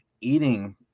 eating